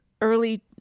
early